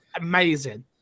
amazing